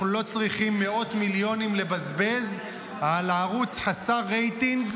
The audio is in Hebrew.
אנחנו לא צריכים מאות מיליונים לבזבז על ערוץ חסר רייטינג,